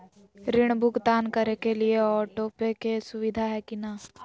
ऋण भुगतान करे के लिए ऑटोपे के सुविधा है की न?